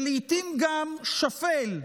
ולעיתים גם שפל,